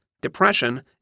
depression